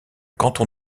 canton